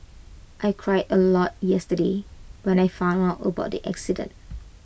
I cried A lot yesterday when I found out about the accident